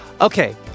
Okay